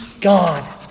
God